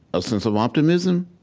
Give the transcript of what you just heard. a sense of optimism,